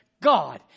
God